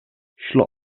šlo